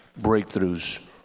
breakthroughs